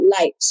light